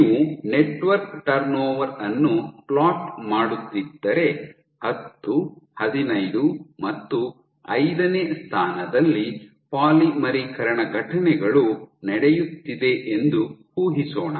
ನೀವು network turnover ಅನ್ನು float ಮಾಡುತ್ತಿದ್ದರೆ ಹತ್ತು ಹದಿನೈದು ಮತ್ತು ಐದನೇ ಸ್ಥಾನದಲ್ಲಿ ಪಾಲಿಮರೀಕರಣ ಘಟನೆಗಳು ನಡೆಯುತ್ತಿದೆ ಎಂದು ಊಹಿಸೋಣ